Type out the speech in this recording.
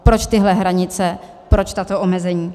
Proč tyhle hranice, proč tato omezení?